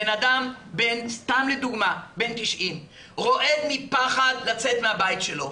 בנאדם בן 90 רועד מפחד לצאת מהבית שלו,